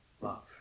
love